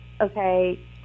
okay